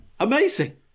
Amazing